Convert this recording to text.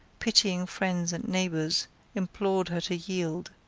pitying friends and neighbours implored her to yield.